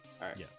Yes